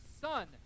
Son